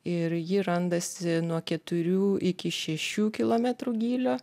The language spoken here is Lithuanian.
ir ji randasi nuo keturių iki šešių kilometrų gylio